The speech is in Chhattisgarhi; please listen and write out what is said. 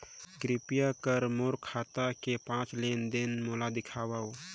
कृपया कर मोर खाता के पांच लेन देन मोला दिखावव